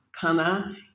Kana